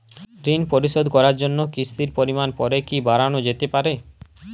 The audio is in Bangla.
ঋন পরিশোধ করার জন্য কিসতির পরিমান পরে কি বারানো যেতে পারে?